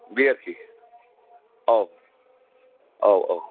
बे आरोखि औ औ औ